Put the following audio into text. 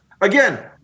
Again